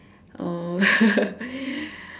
uh